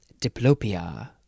diplopia